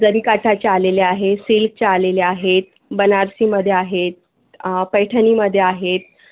जरीकाठाच्या आलेल्या आहेत सिल्कच्या आलेल्या आहेत बनारसीमध्ये आहेत पैठणीमध्ये आहेत